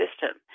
system